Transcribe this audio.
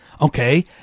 Okay